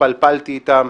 התפלפלתי איתם,